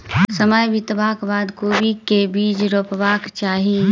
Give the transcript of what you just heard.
समय बितबाक बाद कोबी केँ के बीज रोपबाक चाहि?